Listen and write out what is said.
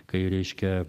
kai reiškia